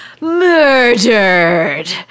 Murdered